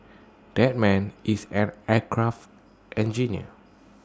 that man is an aircraft engineer